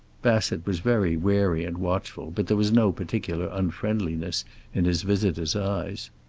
bassett was very wary and watchful, but there was no particular unfriendliness in his visitor's eyes.